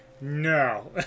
no